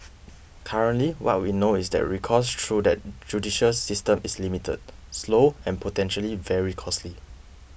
currently what we know is that recourse through that judicial system is limited slow and potentially very costly